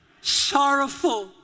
Sorrowful